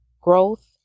growth